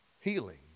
healing